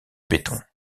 béton